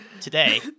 today